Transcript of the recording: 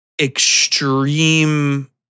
extreme